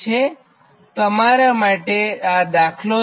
આ તમારા માટે દાખલો છે